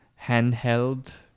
handheld